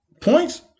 points